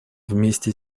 вместе